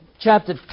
chapter